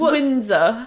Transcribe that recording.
Windsor